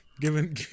Given